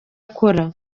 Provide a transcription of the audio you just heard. akora